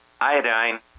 iodine